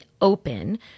open